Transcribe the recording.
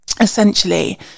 Essentially